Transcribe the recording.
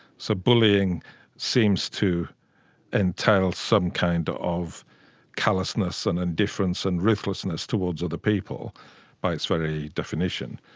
so bullying seems to entail some kind of callousness and indifference and ruthlessness towards other people by its very definition,